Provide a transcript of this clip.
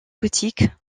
gothique